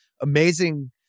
amazing